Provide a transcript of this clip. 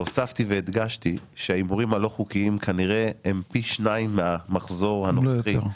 הוספתי והדגשתי שההימורים הלא חוקיים כנראה הם פי שניים מהמחזור הנוכחי,